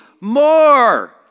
more